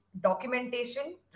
documentation